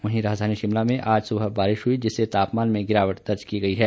वहीं राजघानी शिमला में आज सुबह बारिश हुई जिससे तापमान में गिरावट दर्ज की गई है